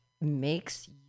makes